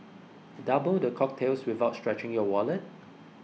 double the cocktails without stretching your wallet